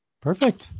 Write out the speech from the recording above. perfect